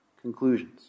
conclusions